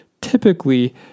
typically